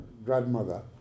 grandmother